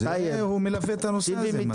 הוא מלווה את הנושא הזה.